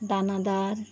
দানাদার